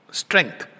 strength